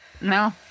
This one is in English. no